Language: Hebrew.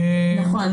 נכון.